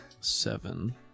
Seven